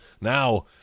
now